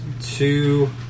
two